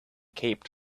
cape